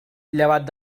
llevat